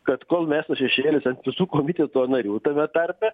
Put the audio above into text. kad kol mestas šešėlis ant visų komiteto narių tame tarpe